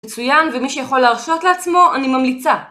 מצוין ומי שיכול להרשות לעצמו אני ממליצה